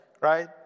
right